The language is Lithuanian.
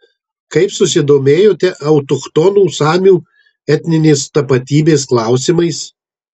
kaip susidomėjote autochtonų samių etninės tapatybės klausimais